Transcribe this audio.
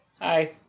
Hi